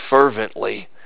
fervently